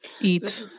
Eat